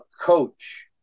coach